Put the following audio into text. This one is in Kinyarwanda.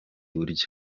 buryo